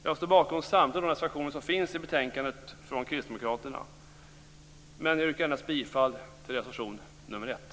Jag står bakom samtliga reservationer i betänkandet som Kristdemokraterna skrivit under, men jag yrkar bifall endast till reservation nr 1.